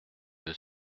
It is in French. veut